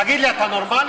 תגיד לי, אתה נורמלי?